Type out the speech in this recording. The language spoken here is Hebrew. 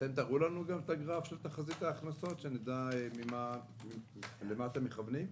אתם תראו לנו את הגרף של תחזית ההכנסות כדי שנדע למה אתם מכוונים?